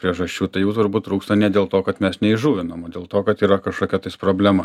priežasčių tai jų turbūt trūksta ne dėl to kad mes neįžuvinam o dėl to kad yra kažkokia tais problema